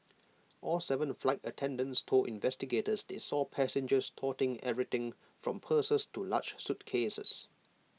all Seven flight attendants told investigators they saw passengers toting everything from purses to large suitcases